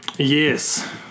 Yes